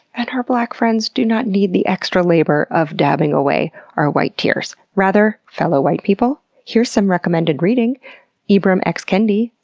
and our black friends do not need the extra labor of dabbing away our white tears. rather, fellow white people, here's some like um and and ibram x. kendi,